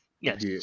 Yes